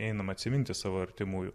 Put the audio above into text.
einam atsiminti savo artimųjų